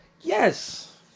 Yes